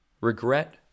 regret